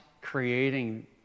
creating